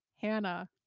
hannah